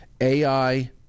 ai